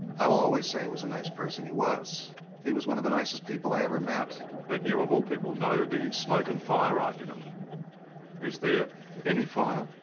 i will always say was a nice person he was he was one of the nicest people i ever met but you of all people know the smoke and fire argument is there any fire?